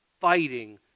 fighting